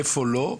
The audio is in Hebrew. איפה לא?